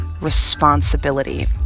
responsibility